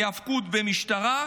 היאבקות במשטרה,